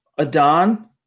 Adon